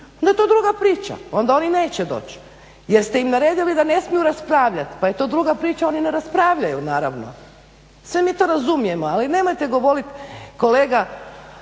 onda je to druga priča, onda oni neće doći. Jer ste im naredili da ne smiju raspravljati pa je to druga priča, oni ne raspravljaju naravno. Sve mi to razumijemo. Ali nemojte govoriti kolega